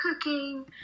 cooking